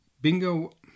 bingo